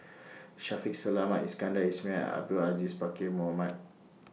Shaffiq Selamat Iskandar Ismail Abdul Aziz Pakkeer Mohamed